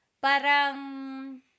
parang